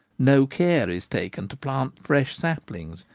no care is taken to plant fresh saplings,